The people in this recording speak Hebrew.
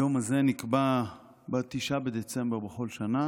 היום הזה נקבע ב-9 בדצמבר בכל שנה